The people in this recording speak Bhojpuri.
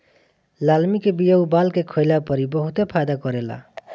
लालमि के बिया उबाल के खइला पर इ बहुते फायदा करेला